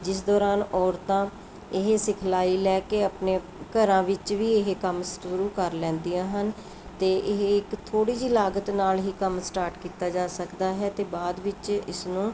ਜਿਸ ਦੌਰਾਨ ਔਰਤਾਂ ਇਹ ਸਿਖਲਾਈ ਲੈ ਕੇ ਆਪਣੇ ਘਰਾਂ ਵਿੱਚ ਵੀ ਇਹ ਕੰਮ ਸ਼ੁਰੂ ਕਰ ਲੈਂਦੀਆਂ ਹਨ ਅਤੇ ਇਹ ਇੱਕ ਥੋੜੀ ਜਿਹੀ ਲਾਗਤ ਨਾਲ ਹੀ ਕੰਮ ਸਟਾਰਟ ਕੀਤਾ ਜਾ ਸਕਦਾ ਹੈ ਅਤੇ ਬਾਅਦ ਵਿੱਚ ਇਸਨੂੰ